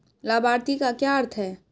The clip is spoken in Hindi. लाभार्थी का क्या अर्थ है?